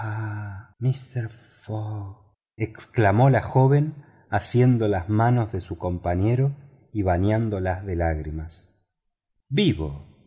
fogg exclamó la joven asiendo las manos de su compañero bañándolas de lágrimas vivo